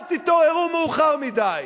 אל תתעוררו מאוחר מדי.